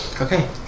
Okay